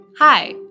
Hi